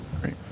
Great